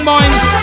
Minds